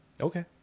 Okay